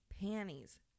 Panties